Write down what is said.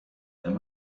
there